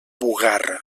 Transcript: bugarra